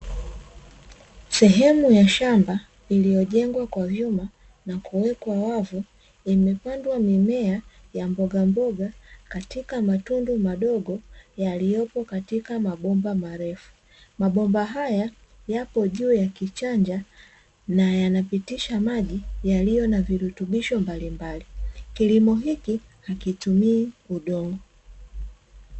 Sehemu ya shamba iliyojengwa kwa vyuma na kuwekwa wavu, imepandwa mimea ya mbogamboga katika matundu madogo yaliyopo katika mabomba marefu. Mabomba haya yapo juu ya kichanja na yanapitisha maji yaliyo na virutubisho mbalimbali. Kilimo hiki hakitumii udongo.